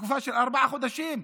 תקופה של ארבעה חודשים,